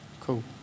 Cool